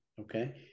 okay